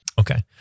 okay